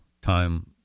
time